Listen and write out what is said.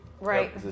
Right